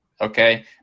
okay